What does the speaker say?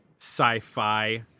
sci-fi